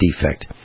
defect